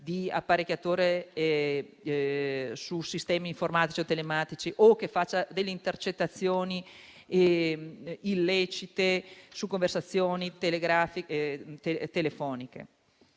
di apparecchiature su sistemi informatici o telematici, o fa intercettazioni illecite su conversazioni telefoniche.